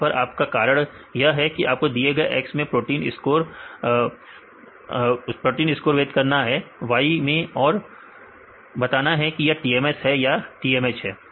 यहां पर आपका कारण यह है कि आपको दिए गए X मैं प्रोटीन स्कोर वेद करना है Y मैं और बताना है कि यह TMS है या TMH है